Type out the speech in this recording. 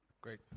Great